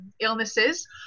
illnesses